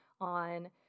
on